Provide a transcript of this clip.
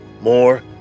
more